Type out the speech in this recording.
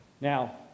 Now